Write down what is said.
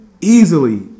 Easily